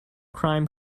crime